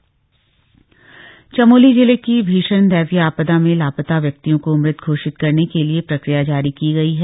चमोली आपदा चमोली जिले की भीषण दैवीय आपदा में लापता व्यक्तियों को मृत घोषित करने के लिए प्रक्रिया जारी की गई है